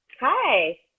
Hi